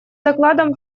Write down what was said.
докладом